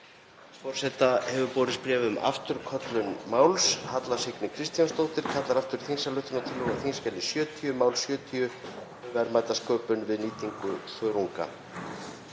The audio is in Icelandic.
Forseta hefur borist bréf um afturköllun máls. Halla Signý Kristjánsdóttir kallar aftur þingsályktunartillögu á þskj. 70, mál nr. 70, um verðmætasköpun við nýtingu þörunga.